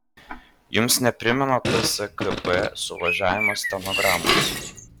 jums neprimena tskp suvažiavimo stenogramos